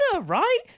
right